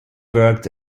worked